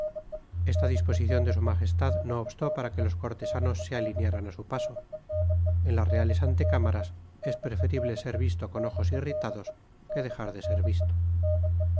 esta disposicion de su magestad no obstó para que los cortesanos se alinearan á su paso en las reales antecámaras es preferible ser visto con ojos irritados que dejar de ser visto